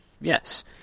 yes